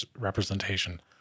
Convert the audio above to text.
representation